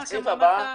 ראסם,